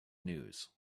news